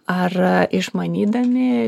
ar išmanydami